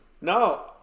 no